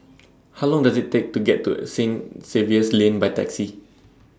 How Long Does IT Take to get to Saint Xavier's Lane By Taxi